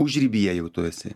užribyje jau tu esi